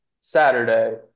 Saturday